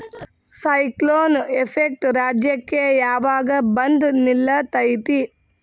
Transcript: Cyclone effect ರಾಜ್ಯಕ್ಕೆ ಯಾವಾಗ ಬಂದ ನಿಲ್ಲತೈತಿ?